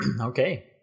Okay